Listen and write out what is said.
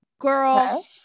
Girl